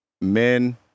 men